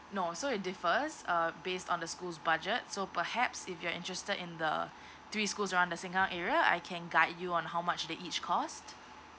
no so it differs uh based on the school's budget so perhaps if you're interested in the three schools around the sengkang area I can guide you on how much they each cost